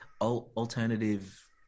alternative